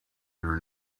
your